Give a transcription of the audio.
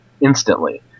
instantly